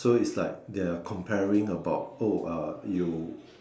so is like they are comparing about oh uh you